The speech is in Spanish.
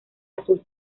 azul